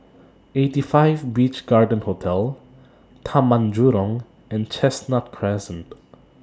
eighty five Beach Garden Hotel Taman Jurong and Chestnut Crescent